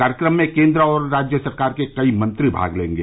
कार्यक्रम में केंद्र और राज्य सरकार के कई मंत्री भाग लेंगे